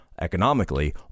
economically